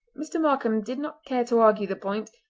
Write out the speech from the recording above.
mr. markam did not care to argue the point,